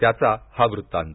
त्याचा हा वृत्तांत